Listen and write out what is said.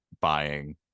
buying